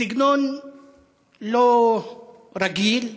בסגנון לא רגיל,